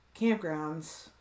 campgrounds